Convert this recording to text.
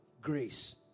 grace